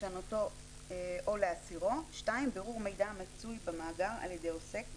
לשנותו או להסירו ; (2)בירור מידע המצוי במאגר על ידי עוסק.